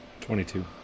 Twenty-two